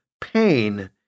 pain